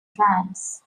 trams